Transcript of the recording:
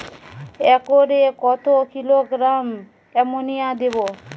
একরে কত kilogram ammonia দেবো?